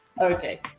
Okay